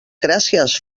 gràcies